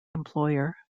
employer